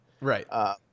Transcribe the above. Right